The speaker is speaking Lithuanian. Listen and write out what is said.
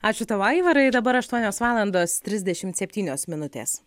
ačiū tau aivarai dabar aštuonios valandos trisdešimt septynios minutės